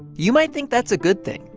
you might think that's a good thing,